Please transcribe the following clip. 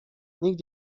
nikt